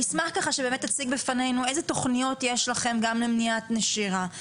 אני אשמח ככה שתציג בפנינו איזה תכניות יש לכם גם למניעת נשירה?